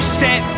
set